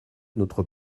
notre